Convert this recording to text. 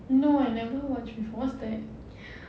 no I never watch before what's that